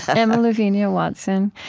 emma louvenia watson.